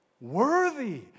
Worthy